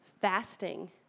fasting